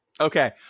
Okay